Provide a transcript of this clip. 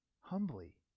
humbly